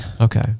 Okay